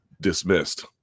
dismissed